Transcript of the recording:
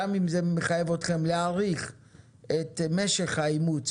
גם אם זה מחייב אתכם להאריך את משך האימוץ,